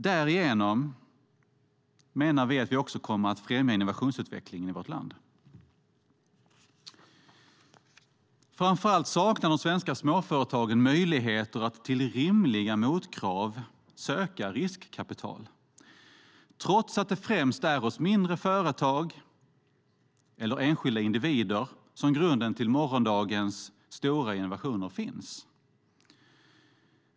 Därigenom menar vi att vi också kommer att främja innovationsutvecklingen i vårt land. Framför allt saknar de svenska småföretagen möjligheter att till rimliga motkrav söka riskkapital, trots att det är främst hos mindre företag eller enskilda individer som grunden till morgondagens stora innovationer finns.